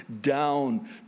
down